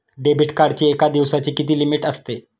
Debit कार्डची एका दिवसाची किती लिमिट असते?